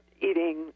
eating